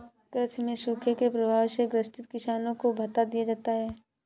कृषि में सूखे के प्रभाव से ग्रसित किसानों को भत्ता दिया जाता है